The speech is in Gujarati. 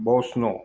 બોસનો